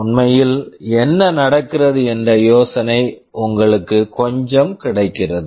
உண்மையில் என்ன நடக்கிறது என்ற யோசனை உங்களுக்கு கொஞ்சம் கிடைக்கிறது